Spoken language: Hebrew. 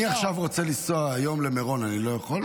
אני עכשיו רוצה לנסוע היום למירון, אני לא יכול?